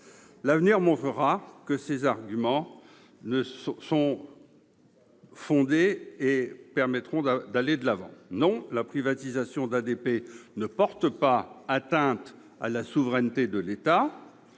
L'avenir montrera que ces mesures sont fondées et permettront d'aller de l'avant. Non, la privatisation d'ADP ne porte pas atteinte à la souveraineté de l'État